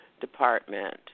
Department